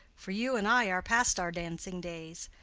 for you and i are past our dancing days.